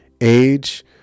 age